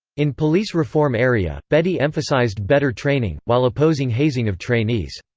in police reform area, bedi emphasized better training, while opposing hazing of trainees.